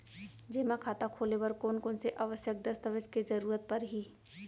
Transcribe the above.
जेमा खाता खोले बर कोन कोन से आवश्यक दस्तावेज के जरूरत परही?